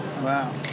Wow